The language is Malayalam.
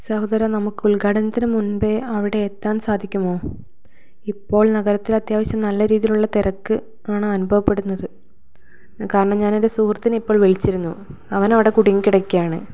സഹോദരാ നമുക്ക് ഉൽഘാടനത്തിന് മുൻപേ അവിടെ എത്താൻ സാധിക്കുമോ ഇപ്പോൾ നഗരത്തിലത്യാവശ്യം നല്ല രീതിയിലുള്ള തിരക്ക് ആണ് അനുഭവപ്പെടുന്നത് കാരണം ഞാൻ എൻ്റെ സുഹൃത്തിനെ ഇപ്പോൾ വിളിച്ചിരുന്നു അവനവിടെ കുടുങ്ങിക്കിടക്കുകയാണ്